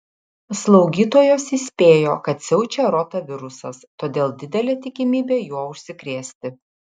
slaugytojos įspėjo kad siaučia rotavirusas todėl didelė tikimybė juo užsikrėsti